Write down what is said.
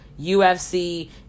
UFC